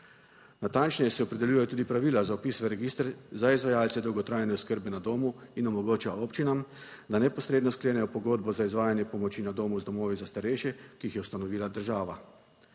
Natančneje se opredeljujejo tudi pravila za vpis v register za izvajalce dolgotrajne oskrbe na domu in omogoča občinam, da neposredno sklenejo pogodbo za izvajanje pomoči na domu z domovi za starejše, ki jih je ustanovila država.